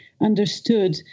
understood